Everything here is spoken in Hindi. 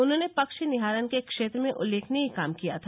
उन्होंने पक्षी निहारन के क्षेत्र में उल्लेखनीय काम किया था